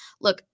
Look